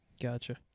Gotcha